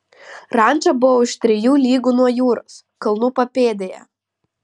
ranča buvo už trijų lygų nuo jūros kalnų papėdėje